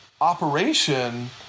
operation